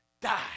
die